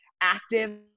active